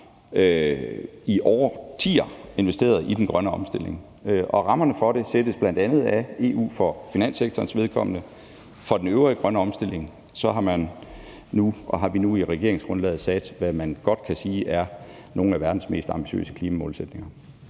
i årtier har investeret i den grønne omstilling. Rammerne for det sættes bl.a. af EU for finanssektorens vedkommende. I forhold til den øvrige grønne omstilling har vi nu i regeringsgrundlaget sat, hvad man godt kan sige er nogle af verdens mest ambitiøse klimamålsætninger.